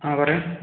ആ പറയൂ